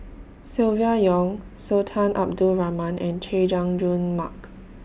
Silvia Yong Sultan Abdul Rahman and Chay Jung Jun Mark